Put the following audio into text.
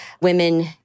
Women